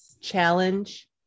challenge